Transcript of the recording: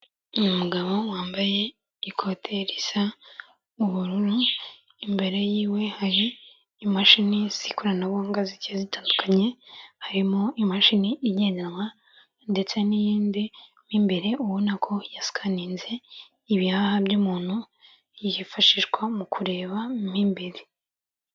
Uyu mugabo wambaye ikote risa n'ubururu, imbere yiwe hari imashini z'ikoranabuhanga zigiye zitandukanye, harimo imashini igendanwa, ndetse n'iyindi mo imbere, ubona ko yasikaninze ibihaha by'umuntu, yifashishwa mu kureba imbere.